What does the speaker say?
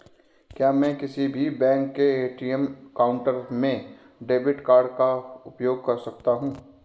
क्या मैं किसी भी बैंक के ए.टी.एम काउंटर में डेबिट कार्ड का उपयोग कर सकता हूं?